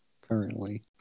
currently